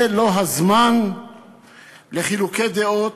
זה לא הזמן לחילוקי דעות,